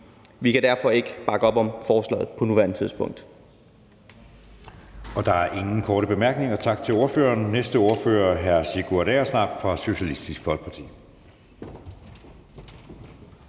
Vi kan derfor ikke bakke op om forslaget på nuværende tidspunkt.